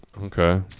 Okay